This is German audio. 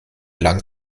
lang